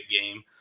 game